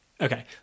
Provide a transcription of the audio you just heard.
okay